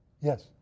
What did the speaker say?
Yes